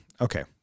okay